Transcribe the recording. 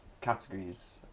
categories